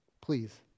please